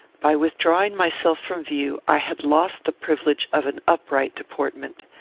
by withdrawing myself from view i had lost the privilege of an upright deportment.